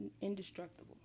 indestructible